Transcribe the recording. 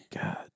god